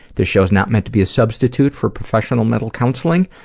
this show's not meant to be a substitute for professional mental counseling.